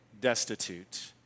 destitute